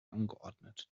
angeordnet